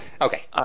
Okay